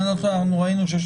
אם אני לא טועה, היו לנו